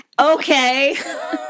okay